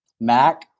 Mac